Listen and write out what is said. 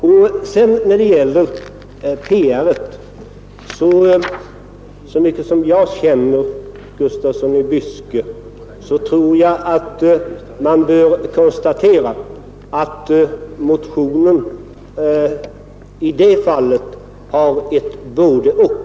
Vad beträffar PR i detta sammanhang vill jag säga att så mycket som jag känner herr Gustafsson i Byske tror jag att man bör konstatera att med motionen avses ett både—och.